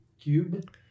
Cube